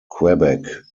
quebec